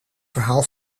verhaal